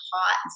hot